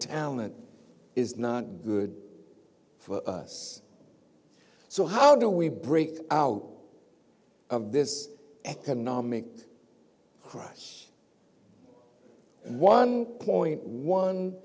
talent is not good for us so how do we break out of this economic crisis one point one